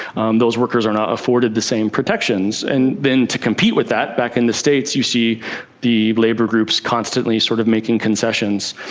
um those workers are not afforded the same protections. and then to compete with that, back in the states you see the labour groups constantly sort of making concessions,